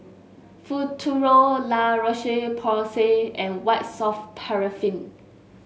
Futuro La Roche Porsay and White Soft Paraffin